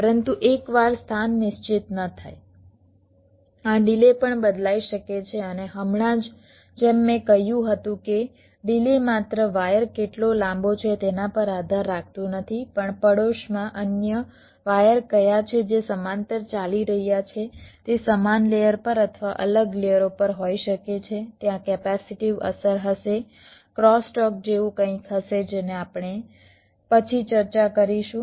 પરંતુ એકવાર સ્થાન નિશ્ચિત ન થાય આ ડિલે પણ બદલાઈ શકે છે અને હમણાં જ જેમ મેં કહ્યું હતું કે ડિલે માત્ર વાયર કેટલો લાંબો છે તેના પર આધાર રાખતું નથી પણ પડોશમાં અન્ય વાયર કયા છે જે સમાંતર ચાલી રહ્યા છે તે સમાન લેયર પર અથવા અલગ લેયરો પર હોઈ શકે છે ત્યાં કેપેસિટીવ અસર હશે ક્રોસ ટોક જેવું કંઈક હશે જેની આપણે પછી ચર્ચા કરીશું